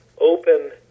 open